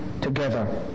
together